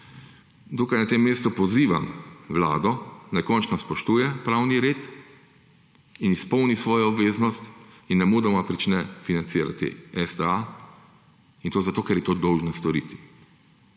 tukaj na tem mestu pozivam vlado, da končno spoštuje pravni red in izpolni svojo obveznost in nemudoma začne financirati STA in to zato, ker je to dolžna storiti.